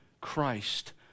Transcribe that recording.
Christ